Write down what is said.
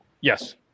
Yes